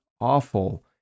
awful